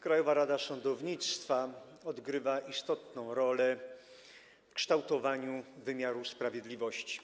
Krajowa Rada Sądownictwa odgrywa istotną rolę w kształtowaniu wymiaru sprawiedliwości.